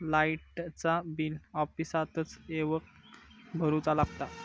लाईटाचा बिल ऑफिसातच येवन भरुचा लागता?